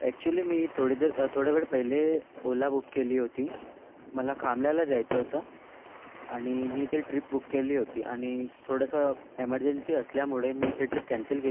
actually मी थोडी देर थोडे वेळ पहिले ओला बुक केली होती मला खामळ्याला जायचं होतं आणि मी ते ट्रिप बुक केली होती आणि थोडंसं एमर्जन्सी असल्यामुळे मी ते ट्रीप कॅन्सल केली